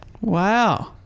Wow